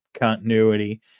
continuity